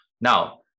Now